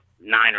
nine